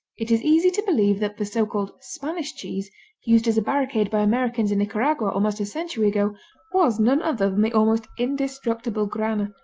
it is easy to believe that the so-called spanish cheese used as a barricade by americans in nicaragua almost a century ago was none other than the almost indestructible grana,